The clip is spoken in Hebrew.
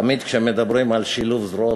תמיד כשמדברים על שילוב זרועות,